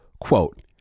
Quote